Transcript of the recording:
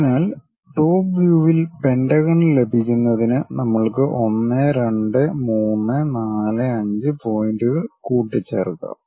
അതിനാൽ ടോപ് വ്യൂവിൽ പെന്റഗൺ ലഭിക്കുന്നതിന് നമ്മൾക്ക് 1 2 3 4 5 പോയിന്റുകൾ കൂട്ടി ചേർക്കാം